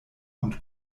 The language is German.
und